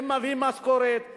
הם מביאים משכורת,